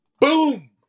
Boom